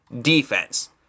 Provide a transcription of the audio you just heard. defense